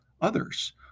others